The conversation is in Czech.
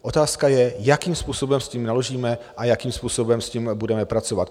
Otázka je, jakým způsobem s tím naložíme a jakým způsobem s tím budeme pracovat.